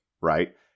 right